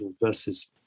versus